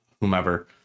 whomever